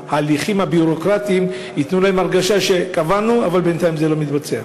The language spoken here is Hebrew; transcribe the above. שההליכים הביורוקרטיים ייתנו להם הרגשה שקבענו אבל בינתיים זה לא מתבצע.